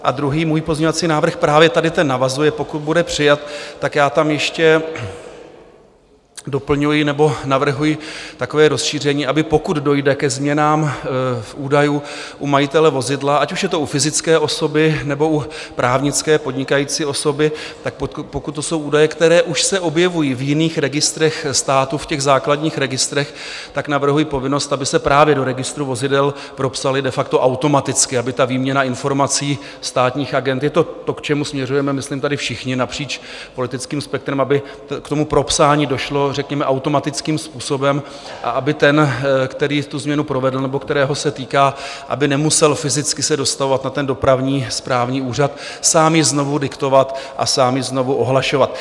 A druhý můj pozměňovací návrh, právě tady ten navazuje, pokud bude přijat, tak já tam ještě doplňuji nebo navrhuji takové rozšíření, aby, pokud dojde ke změnám údajů u majitele vozidla, ať už je to u fyzické osoby, nebo u právnické podnikající osoby, tak pokud to jsou údaje, které už se objevují v jiných registrech státu, v těch základních registrech, tak navrhuji povinnost, aby se právě do registru vozidel propsaly de facto automaticky, aby výměna informací státních agend to je to, k čemu směřujeme myslím tady všichni napříč politickým spektrem, aby k tomu propsání došlo řekněme automatickým způsobem a aby ten, který tu změnu provedl nebo kterého se týká, aby nemusel fyzicky se dostavovat na dopravní správní úřad, sám ji znovu diktovat a sám ji znovu ohlašovat.